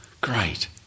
great